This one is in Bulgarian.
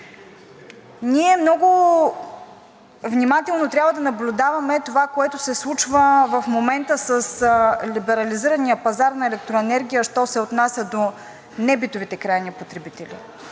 Ние много внимателно трябва да наблюдаваме това, което се случва в момента с либерализирания пазар на електроенергия, що се отнася до небитовите крайни потребители,